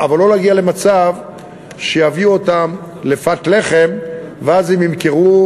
אבל לא להגיע למצב שיביאו אותם לפת לחם ואז הם ימכרו,